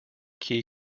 key